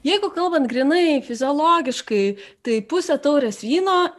jeigu kalbant grynai fiziologiškai tai pusę taurės vyno